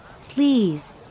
please